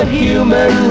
human